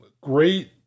great